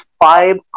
five